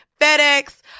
FedEx